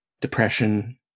depression